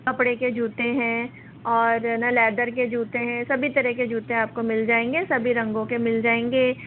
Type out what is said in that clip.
कपड़े के जूते हैं और न लेदर के जूते हैं सभी तरह के जूते आपको मिल जाएंगे सभी रंगों के मिल जाएंगे